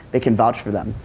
they can vouch for them.